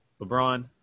LeBron